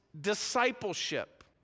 discipleship